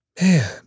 Man